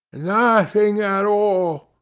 nothing at all.